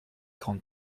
grande